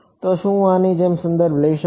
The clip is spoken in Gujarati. તો શું હું આની જેમ સંદર્ભ લઈ શકું